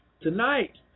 Tonight